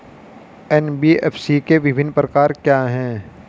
NBFC के विभिन्न प्रकार क्या हैं?